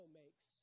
makes